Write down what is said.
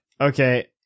Okay